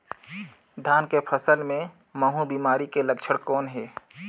धान के फसल मे महू बिमारी के लक्षण कौन हे?